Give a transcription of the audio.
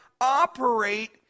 operate